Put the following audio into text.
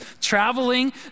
traveling